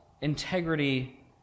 integrity